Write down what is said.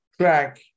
track